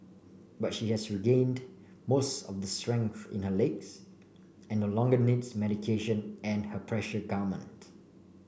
but she has regained most of the strength in her legs and no longer needs medication and her pressure garment